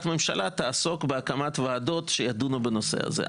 הממשלה תעסוק בהקמת ועדות שידונו בנושא זה.